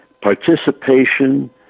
Participation